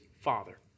father